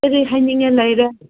ꯀꯔꯤ ꯍꯥꯏꯅꯤꯡꯉꯦ ꯂꯩꯔꯦ